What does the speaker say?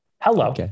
Hello